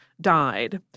died